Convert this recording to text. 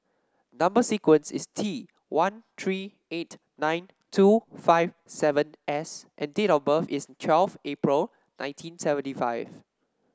number sequence is T one three eight nine two five seven S and date of birth is twelfth April nineteen seventy five